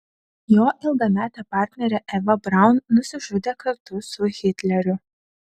jo ilgametė partnerė eva braun nusižudė kartu su hitleriu